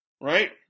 right